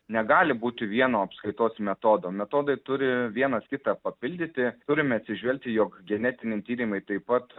negali būti vieno apskaitos metodo metodai turi vienas kitą papildyti turime atsižvelgti jog genetiniai tyrimai taip pat